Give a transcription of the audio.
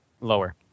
Lower